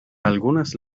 algunas